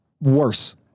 worse